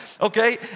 okay